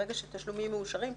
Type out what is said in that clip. ברגע שתשלומים מאושרים,